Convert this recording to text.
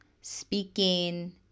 speaking